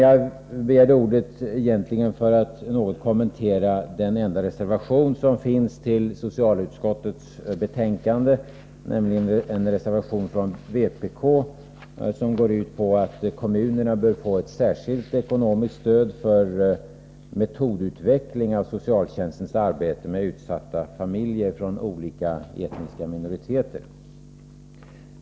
Jag begärde ordet egentligen för att något kommentera den enda reservation som finns till hemställan i socialutskottets betänkande, nämligen en reservation från vpk som går ut på att kommunerna bör få ett särskilt ekonomiskt stöd för metodutveckling av socialtjänstens arbete med utsatta familjer från olika etniska minoriteter.